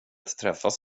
träffas